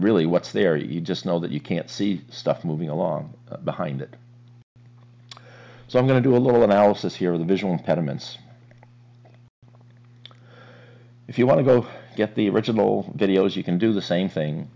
really what's there you just know that you can't see stuff moving along behind it so i'm going to do a little analysis here of the visual impediments if you want to go get the original videos you can do the same thing